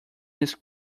his